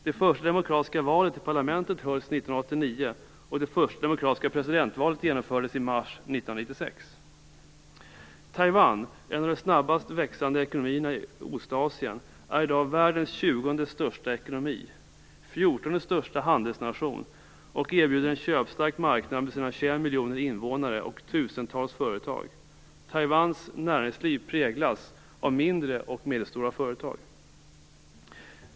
Det första demokratiska valet till parlamentet hölls 1989, och det första demokratiska presidentvalet genomfördes i mars 1996. Ostasien, är i dag världens 20:e största ekonomi, 14:e största handelsnation och erbjuder en köpstark marknad med sina 21 miljoner invånare och tusentals företag. Taiwans näringsliv präglas av mindre och medelstora företag.